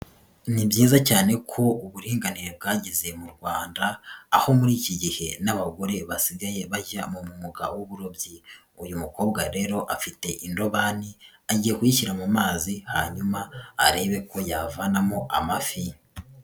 Ni byiza cyane ko uburinganire bwageze mu Rwanda, aho muri iki gihe n'abagore basigaye bajya mu mwuga w'uburobyi, uyu mukobwa rero afite indobani agiye kuyishyira mu mazi hanyuma arebe ko yavanamo amafi.